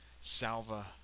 salva